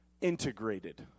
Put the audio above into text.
integrated